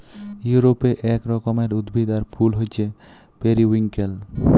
ইউরপে এক রকমের উদ্ভিদ আর ফুল হচ্যে পেরিউইঙ্কেল